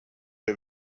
der